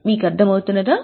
మీకు అర్థం అవుతుందా